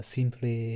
Simply